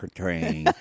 train